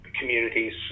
communities